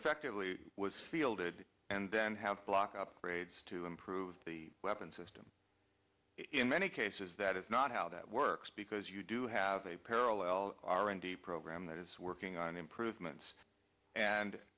effectively was fielded and then have block upgrades to improve the weapons system in many cases that is not how that works because you do have a parallel r and d program that is working on improvements and